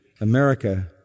America